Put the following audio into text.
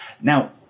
Now